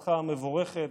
בעבודתך המבורכת,